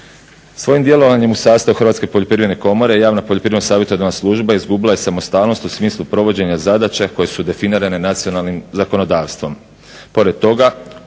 Svojim djelovanjem u sastavu Hrvatske poljoprivredne komore javna Poljoprivredno savjetodavna služba izgubila je samostalnost u smislu provođenja zadaća koje su definirane nacionalnim zakonodavstvom.